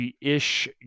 ish